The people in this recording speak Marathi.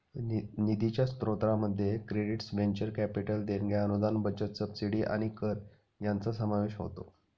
निधीच्या स्त्रोतांमध्ये क्रेडिट्स व्हेंचर कॅपिटल देणग्या अनुदान बचत सबसिडी आणि कर यांचा समावेश होतो